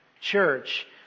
church